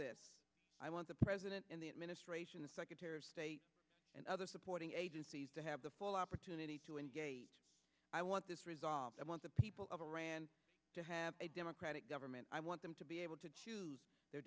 this i want the president in the administration the secretary of state and other supporting agencies to have the full opportunity to engage i want this resolved i want the people of iran to have a democratic government i want them to be able to choose their